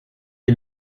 est